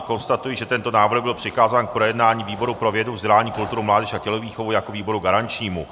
Konstatuji, že tento návrh byl přikázán k projednání výboru pro vědu, vzdělání, kulturu, mládež a tělovýchovu jako výboru garančnímu.